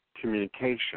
communication